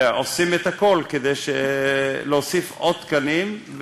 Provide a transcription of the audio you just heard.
עושים הכול כדי להוסיף עוד תקנים,